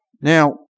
Now